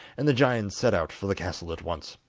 and the giants set out for the castle at once.